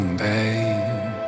babe